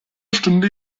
stünde